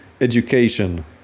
education